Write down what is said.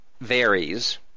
varies